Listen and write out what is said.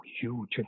huge